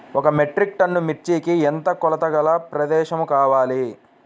ఒక metric ton మిర్చికి ఎంత కొలతగల ప్రదేశము కావాలీ?